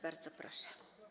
Bardzo proszę.